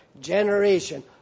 generation